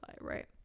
right